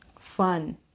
fun